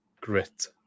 grit